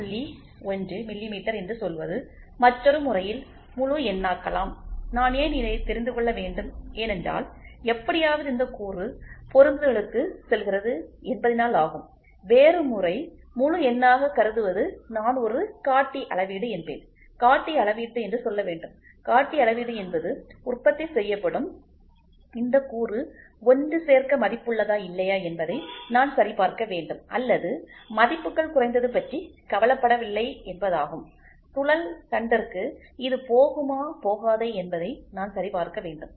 1 millimetre என்று சொல்வதுமற்றோரு முறையில் முழு எண்ணாக்கலாம் நான் ஏன் இதை தெரிந்து கொள்ள வேண்டும் ஏனென்றால் எப்படியாவது இந்த கூறு பொருந்துதலுக்கு செல்கிறது என்பதினாலாகும் வேறு முறை முழு எண்ணாக கருதுவது நான் ஒரு காட்டி அளவீடு என்பேன் காட்டி அளவீட்டு என்று சொல்ல வேண்டும் காட்டி அளவீடு என்பது உற்பத்தி செய்யப்படும் இந்த கூறு ஒன்றுசேர்க்க மதிப்புள்ளதா இல்லையா என்பதை நான் சரிபார்க்க வேண்டும் அல்லது மதிப்புகள் குறைந்ததுபற்றி கவலைப்படவில்லை என்பதாகும சுழல் தண்டிற்கு இது போகுமா போகாதா என்பதை நான் சரிபார்க்க வேண்டும்